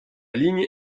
ligne